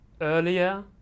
earlier